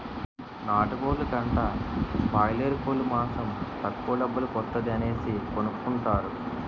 నాటుకోలు కంటా బాయలేరుకోలు మాసం తక్కువ డబ్బుల కొత్తాది అనేసి కొనుకుంటారు